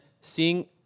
seeing